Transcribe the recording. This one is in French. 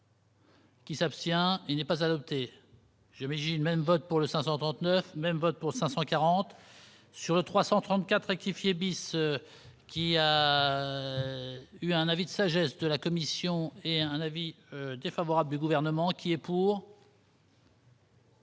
Qui s'abstient, il n'est pas adoptée. J'ai même vote pour le 539 même vote pour 540 sur le 334 rectifier bis qui a eu un avis de sagesse de la commission et un avis défavorable du gouvernement qui est pour.